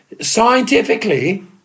scientifically